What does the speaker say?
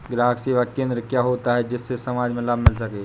ग्राहक सेवा केंद्र क्या होता है जिससे समाज में लाभ मिल सके?